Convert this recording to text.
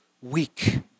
weak